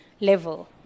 level